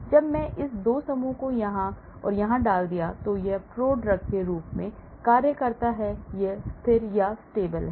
जब मैं इन 2 समूहों में यहाँ और यहाँ डाल दिया यह एक prodrug के रूप में कार्य करता है यह स्थिर है